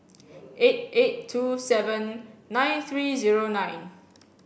eight eight two seven nine three zero nine